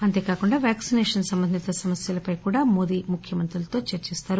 అంతేకాకుండా వ్యాక్సినేషన్ సంబంధిత సమస్యలపై కూడా మోదీ ముఖ్యమంత్రులతో చర్చిస్తారు